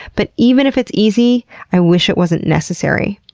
but even if it's easy, i wish it wasn't necessary.